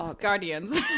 Guardians